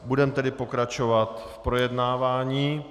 Budeme tedy pokračovat v projednávání.